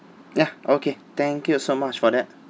ya okay thank you so much for that